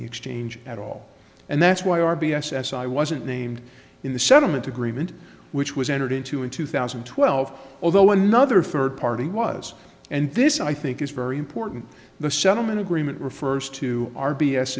the exchange at all and that's why r b s as i wasn't named in the settlement agreement which was entered into in two thousand and twelve although another third party was and this i think is very important the settlement agreement refers to r b s